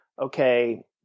okay